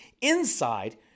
inside